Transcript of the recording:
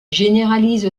généralise